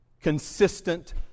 consistent